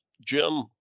Jim